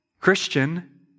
Christian